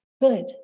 good